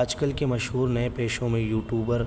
آج کل کے مشہور نئے پیشوں میں یوٹوبر